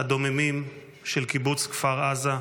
הדוממים, של קיבוץ כפר עזה,